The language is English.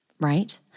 right